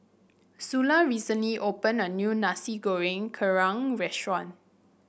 Sula recently opened a new Nasi Goreng Kerang restaurant